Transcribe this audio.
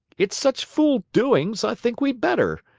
it's such fool doings, i think we'd better,